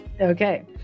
Okay